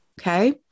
Okay